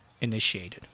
initiated